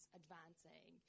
advancing